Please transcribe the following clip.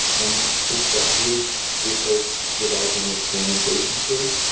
and it's a huge research development experimentation field,